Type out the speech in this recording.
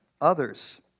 others